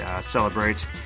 celebrate